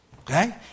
Okay